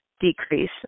decrease